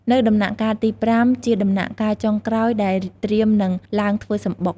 នៅដំណាក់កាលទី៥ ជាដំណាក់កាលចុងក្រោយ ដែលត្រៀមនឹងឡើងធ្វើសំបុក។